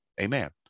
Amen